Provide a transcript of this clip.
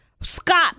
Scott